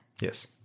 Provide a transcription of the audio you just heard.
Yes